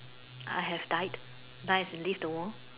I have died died as in leave the world